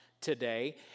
today